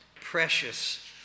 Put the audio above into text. precious